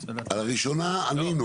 על הראשונה ענינו,